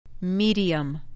Medium